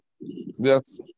Yes